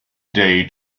day